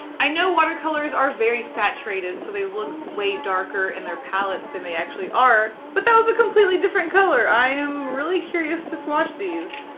i know water colors are very saturated, so they look way darker in their palettes than they actually are but that was a completely different color. i am really curious to swatch these.